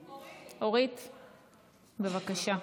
אורית, בבקשה.